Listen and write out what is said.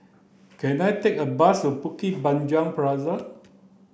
can I take a bus to Bukit Panjang Plaza